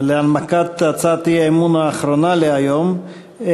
להנמקת הצעת האי-אמון האחרונה להיום,